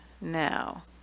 Now